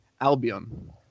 Albion